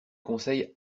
conseille